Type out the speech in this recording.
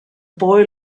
boy